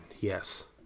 Yes